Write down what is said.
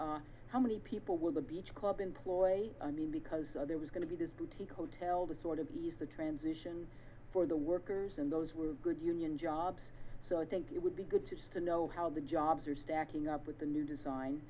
are how many people will the beach club employ i mean because there was going to be this boutique hotel that sort of ease the transition for the workers and those were good union jobs so i think it would be good just to know how the jobs are stacking up with the new design